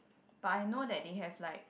but I know that they have like